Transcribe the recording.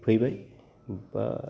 फैबाय बा